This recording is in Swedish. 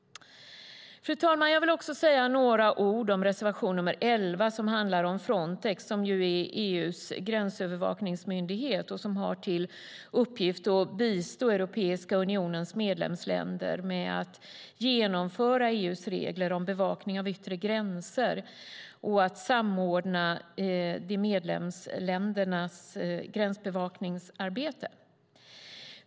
Fru talman! Jag vill också säga några ord om reservation nr 11. Den handlar om Frontex, som är EU:s gränsövervakningsmyndighet. Den har till uppgift att bistå Europeiska unionens medlemsländer med att genomföra EU:s regler om bevakning av yttre gränser och att samordna medlemsländernas gränsbevakningssamarbete.